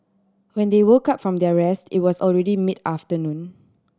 when they woke up from their rest it was already mid afternoon